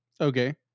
Okay